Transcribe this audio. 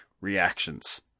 reactions